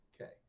okay